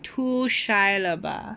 too shy 了吧